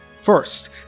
First